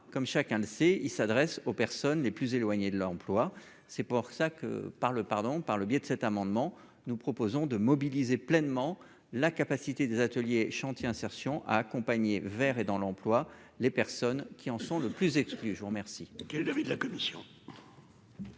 comme chacun le sait, il s'adresse aux personnes les plus éloignées de l'emploi, c'est pour ça que par le pardon, par le biais de cet amendement, nous proposons de mobiliser pleinement la capacité des ateliers et chantiers insertion a accompagner vers et dans l'emploi les personnes qui en sont le plus exclus, je vous remercie.